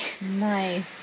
Nice